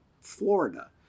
Florida